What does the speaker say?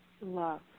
love